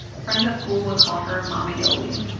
friends at school would call her mama yoli.